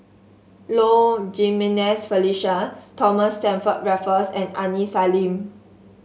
Low Jimenez Felicia Thomas Stamford Raffles and Aini Salim